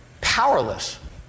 powerless